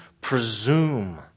presume